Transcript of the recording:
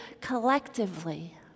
collectively